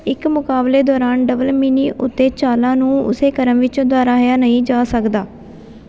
ਇੱਕ ਮੁਕਾਬਲੇ ਦੌਰਾਨ ਡਬਲ ਮਿਨੀ ਉੱਤੇ ਚਾਲਾਂ ਨੂੰ ਉਸੇ ਕ੍ਰਮ ਵਿੱਚ ਦੁਹਰਾਇਆ ਨਹੀਂ ਜਾ ਸਕਦਾ